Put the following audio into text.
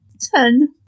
Ten